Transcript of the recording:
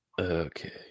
Okay